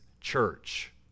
church